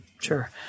Sure